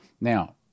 Now